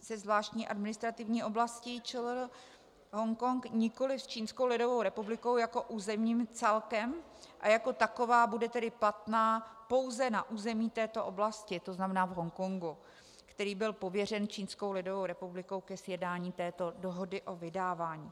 se Zvláštní administrativní oblastí ČLR Hongkong, nikoliv s Čínskou lidovou republikou jako územním celkem, a jako taková bude tedy platná pouze na území této oblasti, to znamená v Hongkongu, který byl pověřen Čínskou lidovou republikou ke sjednání této dohody o vydávání.